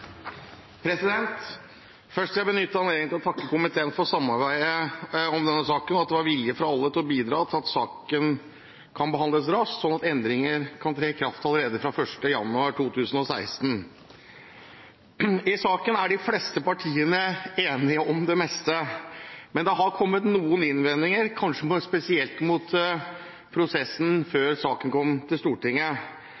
vedtatt. Først vil jeg benytte anledningen til å takke komiteen for samarbeidet om denne saken, og for at det var vilje fra alle til å bidra til at saken kan behandles raskt, slik at endringer kan tre i kraft allerede fra 1. januar 2016. I saken er de fleste partiene enige om det meste, men det har kommet noen innvendinger, kanskje spesielt mot prosessen før saken kom til Stortinget.